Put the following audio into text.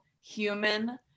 human